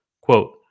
quote